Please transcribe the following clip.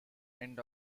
end